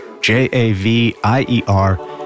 J-A-V-I-E-R